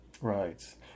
Right